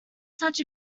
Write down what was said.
such